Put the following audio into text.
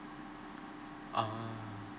ah